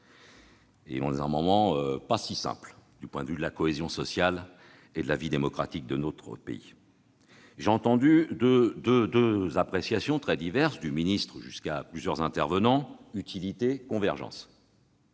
un moment qui n'est pas si simple du point de vue de la cohésion sociale et de la vie démocratique de notre pays. J'ai entendu deux appréciations du texte, de la part du ministre et de plusieurs intervenants : utilité et convergences.